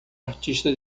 artista